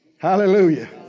Hallelujah